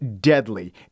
deadly